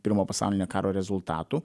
pirmo pasaulinio karo rezultatų